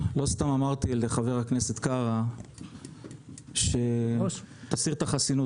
לא סתם אמרתי לחבר הכנסת קארה שתסיר את החסינות,